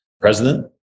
president